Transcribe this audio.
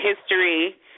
history